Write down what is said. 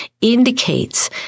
indicates